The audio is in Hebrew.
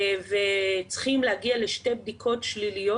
וצריכים להגיע לשתי בדיקות שליליות,